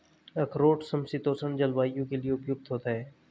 अखरोट समशीतोष्ण जलवायु के लिए उपयुक्त होता है